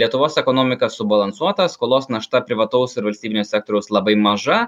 lietuvos ekonomika subalansuota skolos našta privataus ir valstybinio sektoriaus labai maža